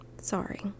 Sorry